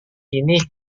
ini